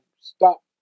stop